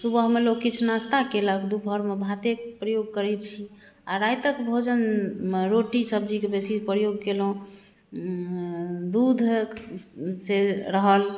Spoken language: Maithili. सुबहमे लोक किछु नाश्ता कयलक दुपहरमे भाते प्रयोग करैत छी आ रातिक भोजनमे रोटी सब्जीके बेसी प्रयोग कयलहुँ दूध से रहल